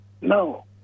No